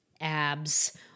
abs